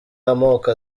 amoko